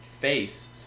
face